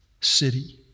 city